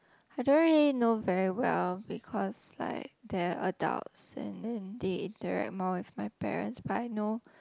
I don't really know very well because like they're adults and then they interact more with my parents but I know